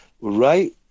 right